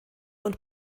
und